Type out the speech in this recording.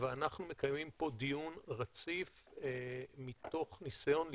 ואנחנו מקיימים פה דיון רציף מתוך ניסיון לבחון,